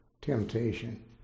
temptation